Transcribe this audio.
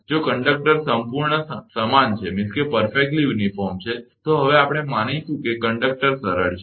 જો કંડક્ટર સંપૂર્ણ સમાન છે તો હવે આપણે માનીશું કે કંડક્ટર સરળ છે